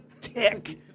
tick